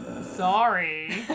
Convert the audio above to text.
Sorry